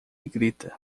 grita